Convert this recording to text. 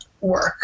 work